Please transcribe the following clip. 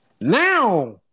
Now